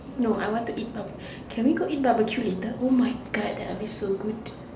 no I want to eat can we go eat barbecue later oh my God that will be so good